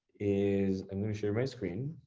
is, i'm gonna share my screen.